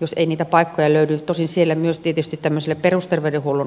jos ei niitä paikkoja löydy tosin siellä myös tietysti tämmöiselle perusterveydenhuollon kustannuspaikalle